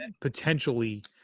potentially